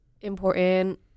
important